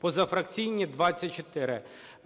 позафракційні – 24.